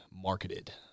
marketed